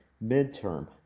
mid-term